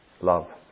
love